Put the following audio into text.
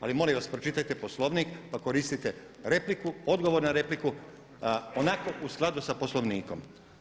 Ali molim vas pročitajte Poslovnik pa koristite repliku, odgovor na repliku onako u skladu sa Poslovnikom.